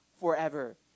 forever